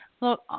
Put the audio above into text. Look